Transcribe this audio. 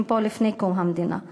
הם פה מלפני קום המדינה.